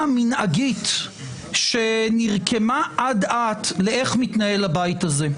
המנהגית שנרקמה אט-אט לאיך מתנהל הבית הזה.